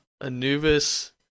Anubis